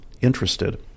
interested